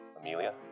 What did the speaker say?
Amelia